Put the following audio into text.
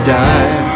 die